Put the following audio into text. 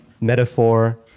metaphor